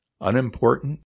unimportant